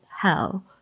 hell